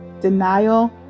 Denial